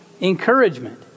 encouragement